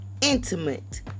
intimate